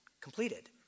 completed